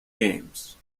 games